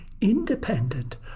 independent